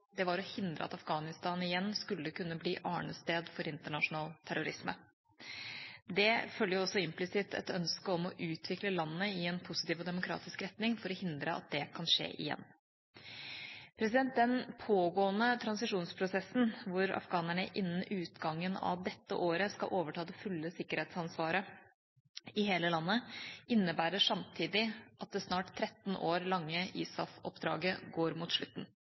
Det var å hindre at Afghanistan igjen skulle kunne bli arnested for internasjonal terrorisme. Det følger også implisitt et ønske om å utvikle landet i en positiv og demokratisk retning for å hindre at det kan skje igjen. Den pågående transisjonsprosessen, hvor afghanerne innen utgangen av dette året skal overta det fulle sikkerhetsansvaret i hele landet, innebærer samtidig at det snart 13 år lange ISAF-oppdraget går mot slutten.